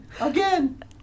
Again